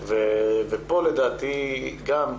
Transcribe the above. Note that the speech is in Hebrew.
פה לדעתי גם,